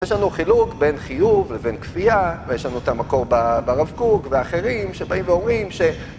יש לנו חילוק בין חיוב לבין כפייה ויש לנו את המקור ברב קוק, ואחרים שבאים ואומרים ש...